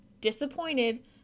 disappointed